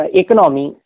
economy